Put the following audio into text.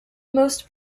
most